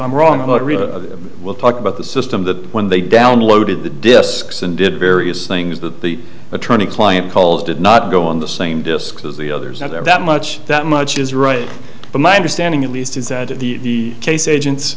i'm wrong about real we'll talk about the system that when they downloaded the disks and did various things that the attorney client calls did not go on the same disks as the others that are that much that much is right but my understanding at least is that the case agents